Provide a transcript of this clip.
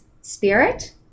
spirit